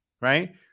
Right